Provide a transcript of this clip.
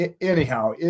anyhow